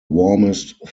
warmest